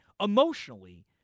emotionally